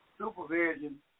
supervision